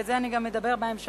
ועל זה אני גם אדבר בהמשך,